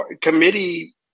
committee